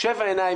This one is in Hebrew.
שבע עיניים,